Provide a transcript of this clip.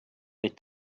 neid